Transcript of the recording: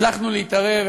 הצלחנו להתערב,